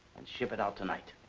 and ship it out tonight.